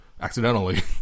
accidentally